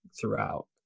throughout